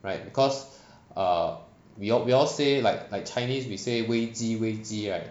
right because err we all we all say like like chinese we say 危机危机 right